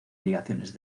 obligaciones